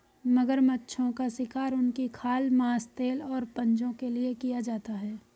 मगरमच्छों का शिकार उनकी खाल, मांस, तेल और पंजों के लिए किया जाता है